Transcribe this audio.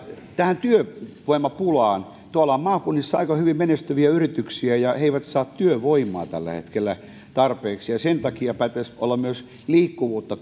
tähän työvoimapulaan tuolla maakunnissa on aika hyvin menestyviä yrityksiä ja ne eivät saa työvoimaa tällä hetkellä tarpeeksi ja sen takia pitäisi olla myös liikkuvuutta